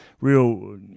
Real